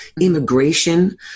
immigration